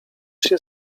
się